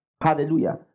Hallelujah